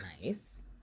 nice